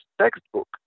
textbook